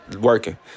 working